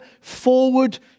forward